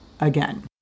again